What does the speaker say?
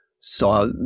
saw